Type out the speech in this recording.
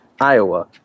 Iowa